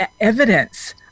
evidence